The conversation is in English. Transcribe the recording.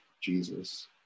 Jesus